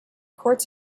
courts